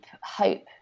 hope